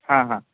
हां हां